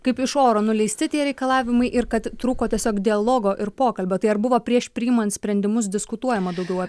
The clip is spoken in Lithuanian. kaip iš oro nuleisti tie reikalavimai ir kad trūko tiesiog dialogo ir pokalbio tai buvo prieš priimant sprendimus diskutuojama daugiau apie